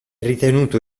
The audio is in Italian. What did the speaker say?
ritenuto